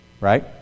Right